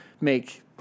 make